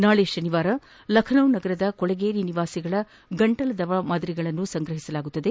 ನಾಳೆ ಶನಿವಾರ ಲಖ್ನೋ ನಗರದ ಕೊಳೆಗೇರಿ ನಿವಾಸಿಗಳ ಗಂಟಲ ದ್ರವ ಮಾದರಿಗಳನ್ನು ಸಂಗ್ರಹಿಸಲಾಗುವುದು